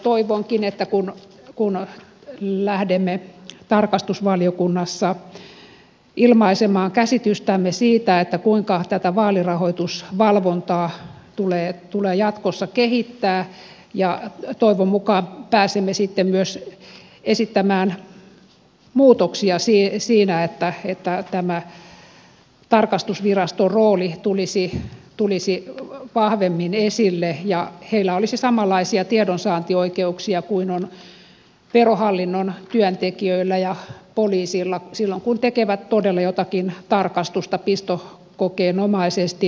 toivonkin että kun lähdemme tarkastusvaliokunnassa ilmaisemaan käsitystämme siitä kuinka tätä vaalirahoitusvalvontaa tulee jatkossa kehittää pääsemme myös esittämään muutoksia siinä että tämä tarkastusviraston rooli tulisi vahvemmin esille ja että heillä olisi samanlaisia tiedonsaantioikeuksia kuin on verohallinnon työntekijöillä ja poliisilla silloin kun tekevät todella jotakin tarkastusta pistokokeen omaisesti